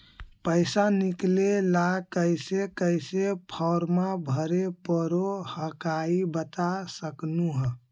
पैसा निकले ला कैसे कैसे फॉर्मा भरे परो हकाई बता सकनुह?